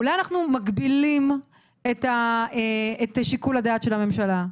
אולי אנחנו מגבילים את שיקול הדעת של הממשלה?